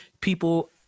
people